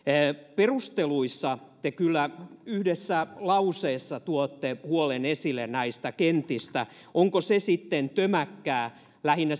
perusteluissa te kyllä yhdessä lauseessa tuotte esille huolen näistä kentistä onko se sitten tömäkkää lähinnä